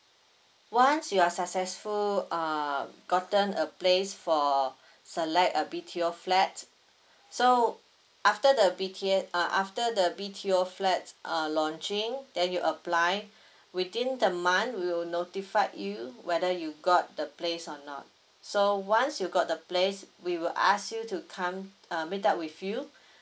once you are successful um gotten a place for select a B_T_O flat so after the B_T_A uh after the B_T_O flat uh launching then you apply within the month we will notified you whether you got the place or not so once you got the place we will ask you to come uh meet up with you